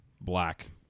Black